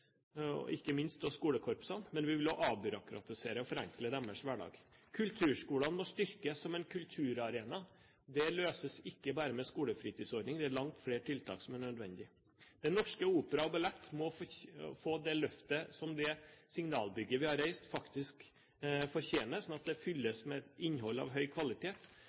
ikke minst skolekorpsene, men vi vil avbyråkratisere og forenkle deres hverdag. Kulturskolene må styrkes som en kulturarena. Det løses ikke bare med skolefritidsordning, det er langt flere tiltak som er nødvendig. Den Norske Opera & Ballett må få det løftet som det signalbygget vi har reist, faktisk fortjener, sånn at det fylles med et innhold av høy kvalitet.